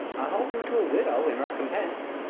i'll help you to a widow, in recompence,